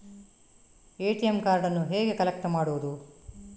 ATM ಕಾರ್ಡನ್ನು ಹೇಗೆ collect ಮಾಡುವುದು?